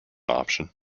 option